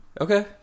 Okay